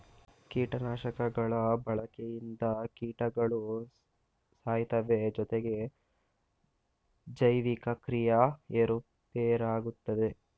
ಕೀಟನಾಶಕಗಳ ಬಳಕೆಯಿಂದ ಕೀಟಗಳು ಸಾಯ್ತವೆ ಜೊತೆಗೆ ಜೈವಿಕ ಕ್ರಿಯೆ ಏರುಪೇರಾಗುತ್ತದೆ